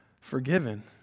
forgiven